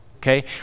okay